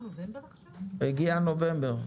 עכשיו נובמבר?